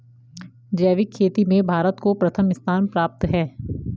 जैविक खेती में भारत को प्रथम स्थान प्राप्त है